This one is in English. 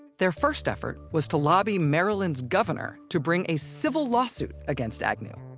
their first effort was to lobby maryland's governor to bring a civil lawsuit against agnew,